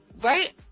right